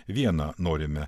vieną norime